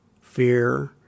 fear